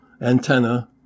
antenna